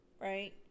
right